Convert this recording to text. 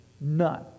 None